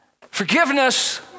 Forgiveness